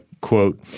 quote